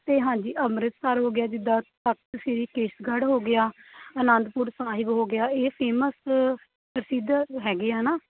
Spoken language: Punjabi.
ਅਤੇ ਹਾਂਜੀ ਅੰਮ੍ਰਿਤਸਰ ਹੋ ਗਿਆ ਜਿੱਦਾਂ ਤਖ਼ਤ ਸ਼੍ਰੀ ਕੇਸਗੜ੍ਹ ਹੋ ਗਿਆ ਅਨੰਦਪੁਰ ਸਾਹਿਬ ਹੋ ਗਿਆ ਇਹ ਫੇਮਸ ਪ੍ਰਸਿੱਧ ਹੈਗੇ ਆ ਨਾ